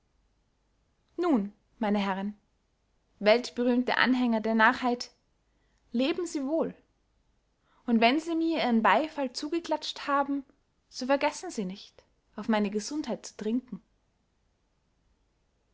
nun meine herren weltberühmte anhänger der narrheit leben sie wohl und wenn sie mir ihren beyfall zugeklatscht haben so vergessen sie nicht auf meine gesundheit zu trinken